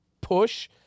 push